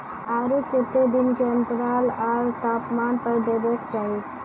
आर केते दिन के अन्तराल आर तापमान पर देबाक चाही?